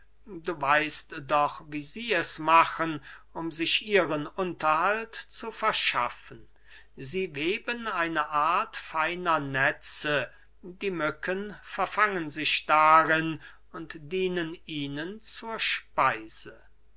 du weißt doch wie sie es machen um sich ihren unterhalt zu verschaffen sie weben eine art feiner netze die mücken verfangen sich darin und dienen ihnen zur speise